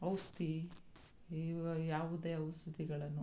ಔಷ್ಧಿ ಈವ ಯಾವುದೇ ಔಷಧಿಗಳನ್ನು